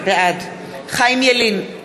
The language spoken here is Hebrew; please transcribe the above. בעד חיים ילין,